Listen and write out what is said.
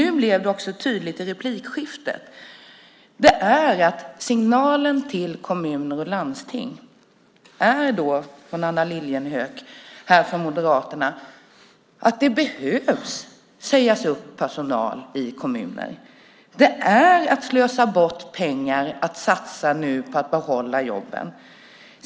Nu blev det tydligt i replikskiftet att signalen till kommuner och landsting från Anna Lilliehöök från Moderaterna är att de behöver säga upp personal i kommuner. Det är tydligen att slösa bort pengar att satsa på att behålla jobben.